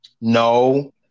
No